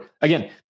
again